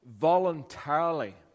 voluntarily